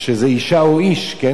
אי-אפשר להוכיח את זה.